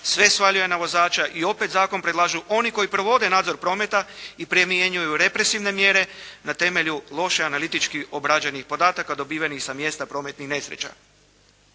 sve svaljuje na vozača i opet zakon predlažu oni koji provode nadzor prometa i primjenjuju represivne mjere na temelju loše analitički obrađenih podataka dobivenih sa mjesta prometnih nesreća.